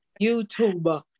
YouTube